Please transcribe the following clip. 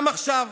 גם עכשיו